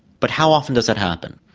but how often does that happen?